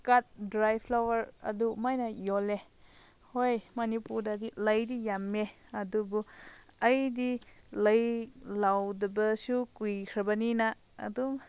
ꯀꯥꯠ dry flower ꯑꯗꯨꯃꯥꯏꯅ ꯌꯣꯜꯂꯦ ꯍꯣꯏ ꯃꯅꯤꯄꯨꯔꯗꯗꯤ ꯂꯩꯗꯤ ꯌꯥꯝꯃꯦ ꯑꯗꯨꯕꯨ ꯑꯩꯗꯤ ꯂꯩ ꯂꯧꯗꯕꯁꯨ ꯀꯨꯏꯈ꯭ꯔꯕꯅꯤꯅ ꯑꯗꯨꯝ